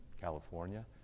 California